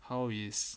how is